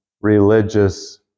religious